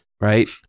Right